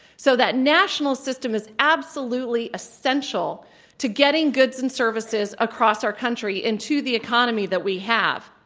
so that national system is absolutely essential to getting goods and services across our country into the economy that we have.